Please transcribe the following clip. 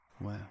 Wow